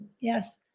yes